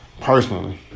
Personally